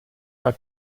war